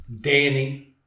Danny